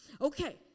Okay